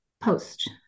Post